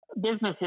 businesses